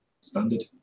standard